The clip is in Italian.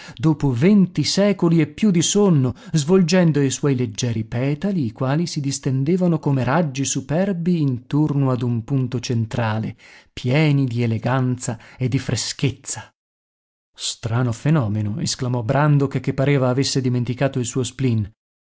dopo venti secoli e più di sonno svolgendo i suoi leggeri petali i quali si distendevano come raggi superbi intorno ad un punto centrale pieni di eleganza e di freschezza strano fenomeno esclamò brandok che pareva avesse dimenticato il suo